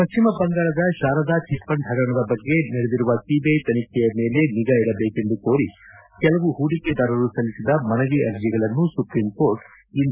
ಪಶ್ಚಿಮ ಬಂಗಾಳದ ಶಾರಾದಾ ಚಿಟ್ಫಂಡ್ ಪಗರಣದ ಬಗ್ಗೆ ನಡೆದಿರುವ ಸಿಬಿಐ ತನಿಖೆಯ ಮೇಲೆ ನಿಗಾ ಇಡಬೇಕೆಂದು ಕೋರಿ ಕೆಲವು ಪೂಡಿಕೆದಾರರು ಸಲ್ಲಿಸಿದ ಮನವಿ ಅರ್ಜಿಗಳನ್ನು ಸುಪ್ರೀಂಕೋರ್ಟ್ ಇಂದು ತಳ್ಳಿ ಹಾಕಿದೆ